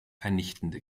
vernichtende